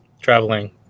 Traveling